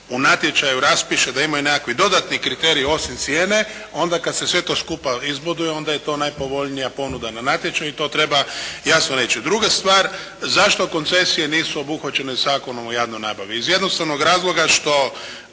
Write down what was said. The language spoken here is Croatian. u natječaju raspiše da imaju nekakvi dodatni kriterij osim cijene, onda kad se sve to skupa izboduje onda je to najpovoljnija ponuda na natječaju i to treba jasno reći. Druga stvar zašto koncesije nisu obuhvaćene Zakonom o javnoj nabavi? Iz jednostavnog razloga što